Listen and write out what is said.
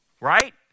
right